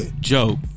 joke